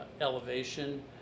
elevation